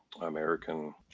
american